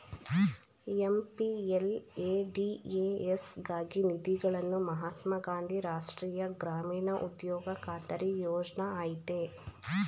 MPLADS ಗಾಗಿ ನಿಧಿಗಳನ್ನು ಮಹಾತ್ಮ ಗಾಂಧಿ ರಾಷ್ಟ್ರೀಯ ಗ್ರಾಮೀಣ ಉದ್ಯೋಗ ಖಾತರಿ ಯೋಜ್ನ ಆಯ್ತೆ